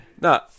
no